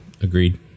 agreed